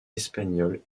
espagnole